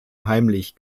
heimlich